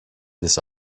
this